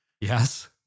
Yes